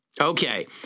Okay